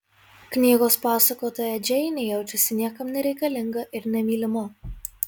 knygos pasakotoja džeinė jaučiasi niekam nereikalinga ir nemylima